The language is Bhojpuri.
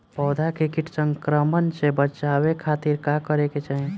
पौधा के कीट संक्रमण से बचावे खातिर का करे के चाहीं?